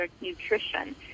nutrition